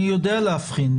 אני יודע להבחין.